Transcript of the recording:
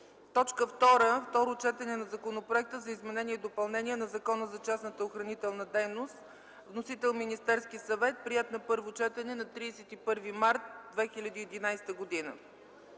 2. Второ четене на Законопроекта за изменение и допълнение на Закона за частната охранителна дейност. Вносител – Министерският съвет, приет на първо четене на 31 март 2011 г.